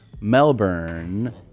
Melbourne